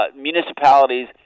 Municipalities